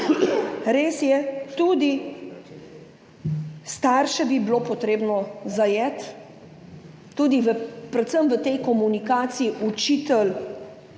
Res je, tudi starše bi bilo potrebno zajeti, predvsem v komunikaciji učitelj